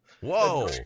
Whoa